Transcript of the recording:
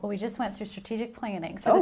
well we just went through strategic planning so